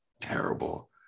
terrible